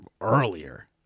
earlier